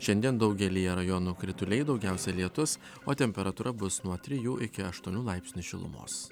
šiandien daugelyje rajonų krituliai daugiausiai lietus o temperatūra bus nuo trijų iki aštuonių laipsnių šilumos